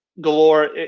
galore